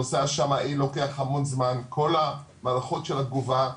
הנושא השמאי לוקח המון זמן, כל המערכות של התגובה,